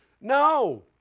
No